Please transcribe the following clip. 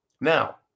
Now